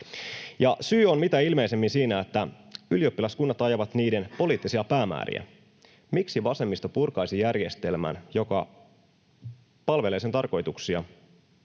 Syy on mitä ilmeisimmin siinä, että ylioppilaskunnat ajavat niiden poliittisia päämääriä. Miksi vasemmisto purkaisi järjestelmän, joka palvelee sen tarkoituksia